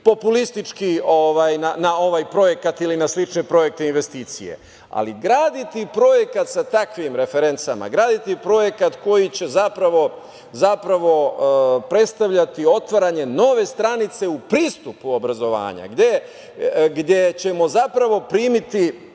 populistički na ovaj projekat ili na slične projekte investicija, ali graditi projekat sa takvim referencama, graditi projekat koji će zapravo predstavljati otvaranje nove stranice u pristupu obrazovanja, gde ćemo zapravo primiti,